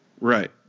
Right